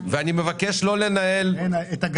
אתם אומרים 2024. אתם לא יודעים מה יהיה ב-2024 כי באמת